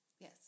Yes